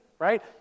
Right